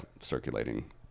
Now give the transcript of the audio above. circulating